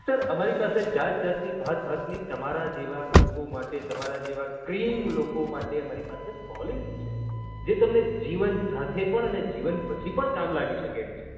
sir અમારી પાસે જાત જાતની ભાત ભાતની તમારા જેવા લોકો માટે તમારા જેવા ક્રીમ લોકો માટે અમારી પાસે પોલિસી છે જે તમને જીવન સાથે પણ અને જીવન પછી પણ કામ લાગી શકે એમ છે